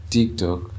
TikTok